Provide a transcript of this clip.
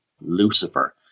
Lucifer